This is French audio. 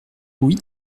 oui